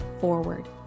forward